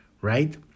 Right